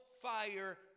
fire